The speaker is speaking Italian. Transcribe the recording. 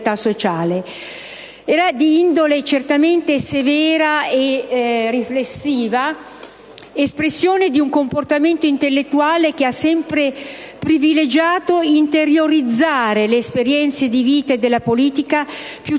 Di indole severa e riflessiva, espressione di un comportamento intellettuale che ha sempre privilegiato interiorizzare le esperienze di vita e della politica